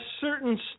certain